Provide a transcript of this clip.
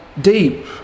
deep